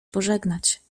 pożegnać